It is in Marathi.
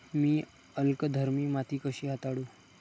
मी अल्कधर्मी माती कशी हाताळू?